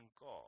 God